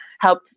help